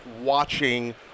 watching